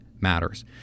matters